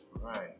Right